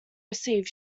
received